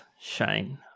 Shane